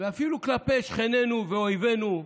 ואפילו כלפי שכנינו ואויבינו,